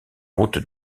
route